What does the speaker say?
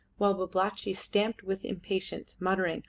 while babalatchi stamped with impatience, muttering,